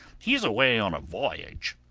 he's away on a voyage.